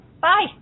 Bye